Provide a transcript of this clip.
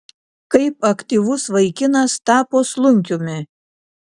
kaip aktyvus vaikinas tapo slunkiumi